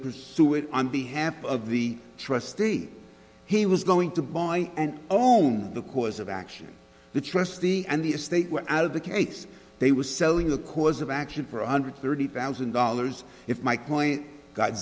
pursue it on behalf of the trustee he was going to buy and own the course of action the trustee and the estate were out of the case they were selling a course of action for one hundred thirty thousand dollars if my client go